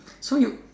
so you